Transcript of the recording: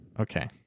Okay